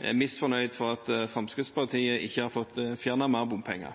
er misfornøyde fordi Fremskrittspartiet ikke har fått fjernet mer bompenger.